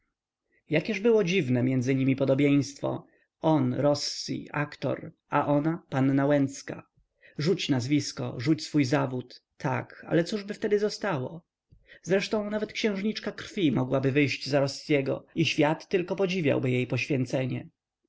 jakież było dziwne między nimi podobieństwo on rossi aktor a ona panna łęcka rzuć nazwisko rzuć swój zawód tak ale cóżby wtedy zostało zresztą nawet księżniczka krwi mogłaby wyjść za rossiego i świat tylko podziwiałby jej poświęcenie